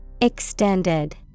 Extended